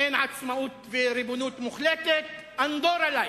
אין עצמאות וריבונות מוחלטת, "אנדורה לייק".